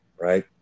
Right